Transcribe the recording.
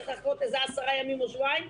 צריך לחכות איזה עשרה ימים או שבועיים,